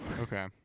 Okay